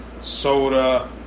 soda